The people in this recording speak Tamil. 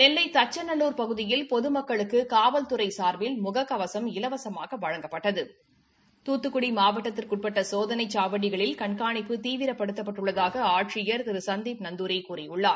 நெல்லை தச்சநல்லூர் பகுதியில் பொதுமக்களுக்கு காவல்துறை சார்பில் முக கவசம் இலவசமாக வழங்கப்பட்டது மாவட்டத்திற்கு வட்பட்ட சோதனை சாவடிகளில் கண்காணிப்பு துத்துக்குடி தீவிரப்படுத்தப்பட்டுள்ளதாக ஆட்சியர் திரு சந்தீப் நந்தூரி கூறியுள்ளார்